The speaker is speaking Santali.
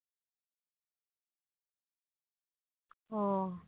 ᱚ